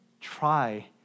try